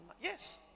Yes